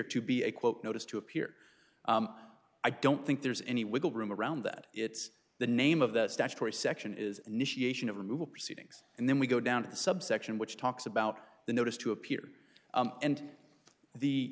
to be a quote notice to appear i don't think there's any wiggle room around that it's the name of the statutory section is initiation of removal proceedings and then we go down to the subsection which talks about the notice to appear and the